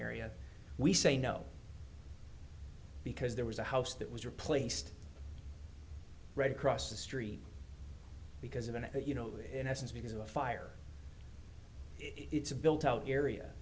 area we say no because there was a house that was replaced right across the street because of an you know in essence because of a fire it's a built out area